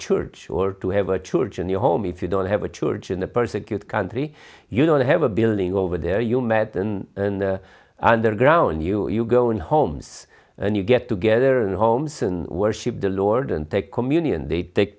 church or to have a church in your home if you don't have a church in the persecute country you don't have a building over there you met and underground you you go in homes and you get together and homes and worship the lord and take communion they they